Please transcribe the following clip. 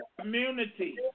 community